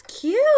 Cute